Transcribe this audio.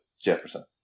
jefferson